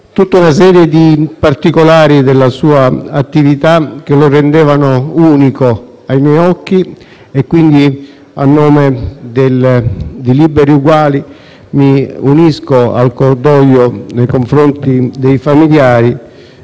e una serie di particolari della sua attività che lo rendevano unico ai miei occhi. A nome del Gruppo di Liberi e Uguali, mi unisco quindi al cordoglio nei confronti dei familiari